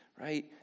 right